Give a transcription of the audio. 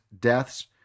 deaths